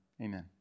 Amen